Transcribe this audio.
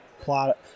plot